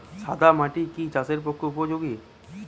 সাদা মাটি কি চাষের পক্ষে উপযোগী?